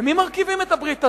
ומי מרכיבים את הברית הזאת?